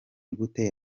gute